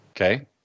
Okay